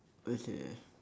okay